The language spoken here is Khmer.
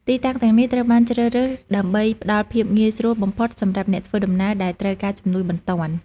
ទីតាំងទាំងនេះត្រូវបានជ្រើសរើសដើម្បីផ្តល់ភាពងាយស្រួលបំផុតសម្រាប់អ្នកធ្វើដំណើរដែលត្រូវការជំនួយបន្ទាន់។